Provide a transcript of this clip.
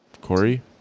Corey